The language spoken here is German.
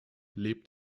lebt